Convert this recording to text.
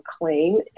claim